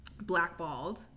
blackballed